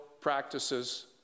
practices